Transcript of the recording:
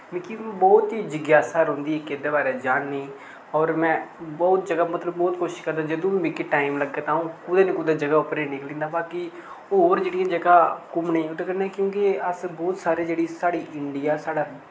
मिकी बहुत ही जिज्ञासा रौंह्नदी इक इदे बारे जानने और में बहुत जगह मतलब बहुत कुछ करदा जदूं बी मिकी टाइम लग्गे ते अ'ऊं कुतै ना कुतै जगह उप्परें निकलदा बाकी और जेह्ड़ियां जगह घुम्मने उदे कन्नै क्यूंकि अस बहुत सारी जेह्ड़ी साढ़ी इंडिया साढ़ा